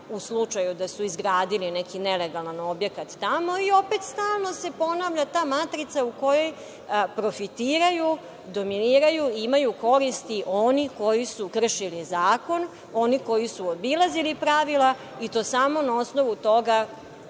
u slučaju da su izgradili neki nelegalan objekat tamo. Opet se stalno ponavlja ta matrica u kojoj profitiraju, dominiraju i imaju koristi oni koji su kršili zakon, oni koji su obilazili pravila i to samo na osnovu toga